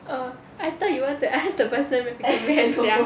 orh I thought you want to ask the person